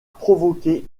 provoquer